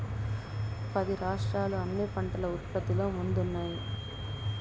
పది రాష్ట్రాలు అన్ని పంటల ఉత్పత్తిలో ముందున్నాయి